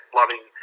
loving